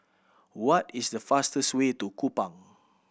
what is the fastest way to Kupang